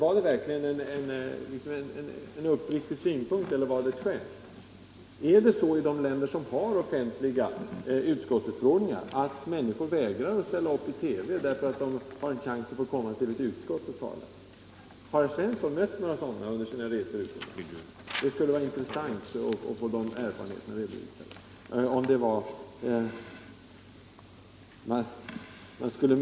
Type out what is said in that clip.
Är det verkligen hans uppriktiga uppfattning, eller var det ett skämt? Är det så i de länder där man har offentliga utskottsutfrågningar att människor vägrar ställa upp i TV därför att de har chans att få komma till ett utskott och tala? Har herr Svensson mött några sådana under sina resor utomlands? Det skulle vara intressant att få de erfarenheterna redovisade.